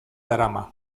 darama